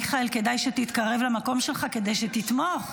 מיכאל, כדאי שתתקרב למקום שלך, כדי שתתמוך.